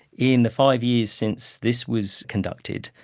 in the five years since this was conducted,